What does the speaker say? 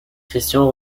christian